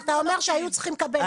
אתה אומר שהיו צריכים לקבל.